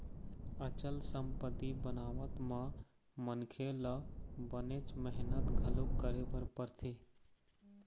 अचल संपत्ति बनावत म मनखे ल बनेच मेहनत घलोक करे बर परथे